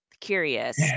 curious